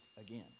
again